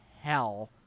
hell